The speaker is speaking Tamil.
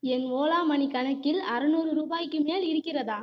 என் ஓலா மனி கணக்கில் அறநூறு ரூபாய்க்கு மேல் இருக்கிறதா